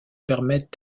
permettent